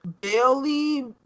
Bailey